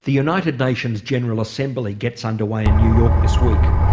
the united nations general assembly gets under way in new york this week.